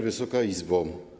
Wysoka Izbo!